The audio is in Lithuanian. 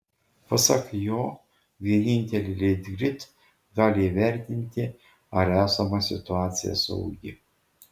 pasak jo vienintelė litgrid gali įvertinti ar esama situacija saugi